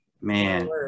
man